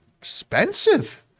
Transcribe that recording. expensive